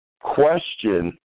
question